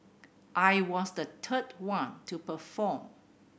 I was the third one to perform